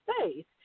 faith